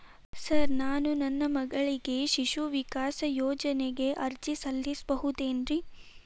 Sir ನಾನು ನನ್ನ ಮಗಳಿಗೆ ಶಿಶು ವಿಕಾಸ್ ಯೋಜನೆಗೆ ಅರ್ಜಿ ಸಲ್ಲಿಸಬಹುದೇನ್ರಿ?